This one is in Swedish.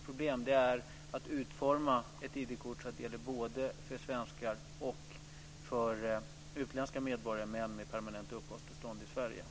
Problemet är ett utforma ett ID-kort som både gäller för svenskar och för utländska medborgare med permanent uppehållstillstånd i Sverige.